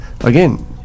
again